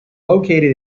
located